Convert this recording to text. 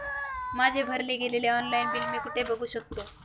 माझे भरले गेलेले ऑनलाईन बिल मी कुठे बघू शकतो?